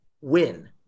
win